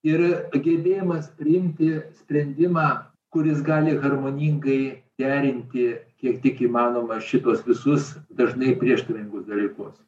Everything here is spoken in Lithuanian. ir gebėjimas priimti sprendimą kuris gali harmoningai derinti kiek tik įmanoma šituos visus dažnai prieštaringus dalykus